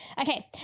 Okay